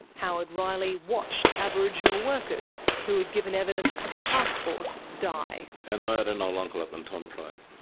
howard riley watched aboriginal workers who had given evidence to the taskforce die. and i had an old uncle up in tom price.